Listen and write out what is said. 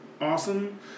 awesome